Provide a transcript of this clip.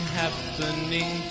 happening